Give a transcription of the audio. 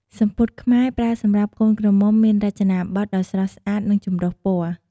សំពត់ខ្មែរប្រើសម្រាប់កូនក្រមុំមានរចនាបថដ៏ស្រស់ស្អាតនិងចម្រុះពណ៌។